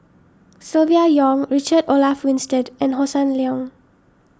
Silvia Yong Richard Olaf Winstedt and Hossan Leong